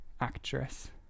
actress